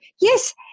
yes